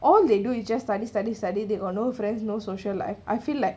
all they do is just study study study they got no friends no social life I feel like